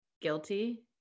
guilty